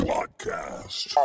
Podcast